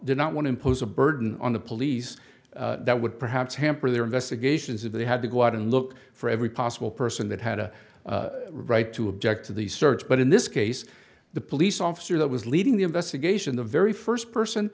did not want to impose a burden on the police that would perhaps hamper their investigations if they had to go out and look for every possible person that had a right to object to the search but in this case the police officer that was leading the investigation the very first person